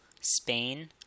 Spain